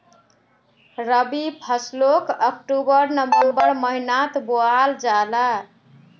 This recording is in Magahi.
रबी फस्लोक अक्टूबर नवम्बर महिनात बोआल जाहा